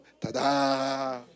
Ta-da